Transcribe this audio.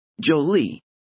Jolie